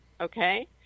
okay